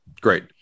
Great